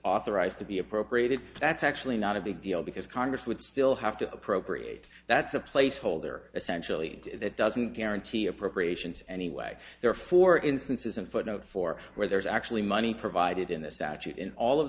authorized to be appropriated that's actually not a big deal because congress would still have to appropriate that's a placeholder essentially that doesn't guarantee appropriations anyway there are four instances in footnote four where there's actually money provided in the statute in all of